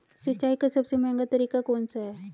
सिंचाई का सबसे महंगा तरीका कौन सा है?